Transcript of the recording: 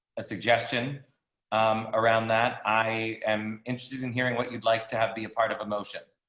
a suggestion um around that i am interested in hearing what you'd like to have be a part of a motion.